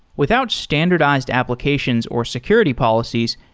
without standardized applications or security policies,